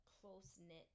close-knit